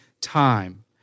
time